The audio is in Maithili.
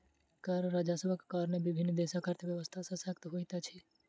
कर राजस्वक कारणेँ विभिन्न देशक अर्थव्यवस्था शशक्त होइत अछि